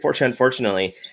unfortunately